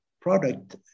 product